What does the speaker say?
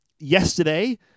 Yesterday